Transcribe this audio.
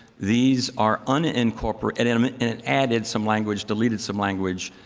these are unincorporated and ah and and added some language, deleted some language,